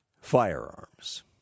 firearms